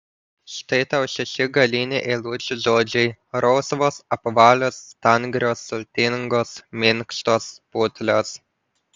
štai tau šeši galiniai eilučių žodžiai rausvos apvalios stangrios sultingos minkštos putlios